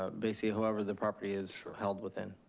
ah basically whoever the property is held within.